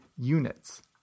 units